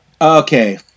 Okay